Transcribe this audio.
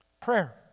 Prayer